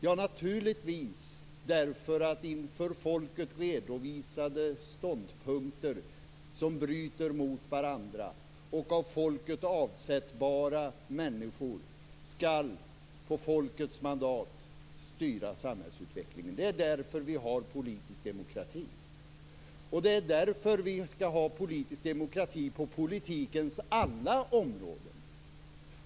Ja, naturligtvis för att inför folket redovisade ståndpunkter skall brytas mot varandra och för att av folket avsättbara människor på folkets mandat skall styra samhällsutvecklingen. Det är därför vi har politisk demokrati, och det är därför som vi skall ha politisk demokrati på politikens alla områden.